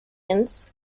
ends